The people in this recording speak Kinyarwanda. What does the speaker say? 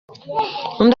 undi